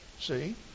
See